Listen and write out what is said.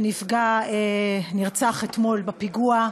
שנפגע, נרצח אתמול בפיגוע.